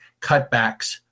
cutbacks